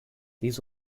these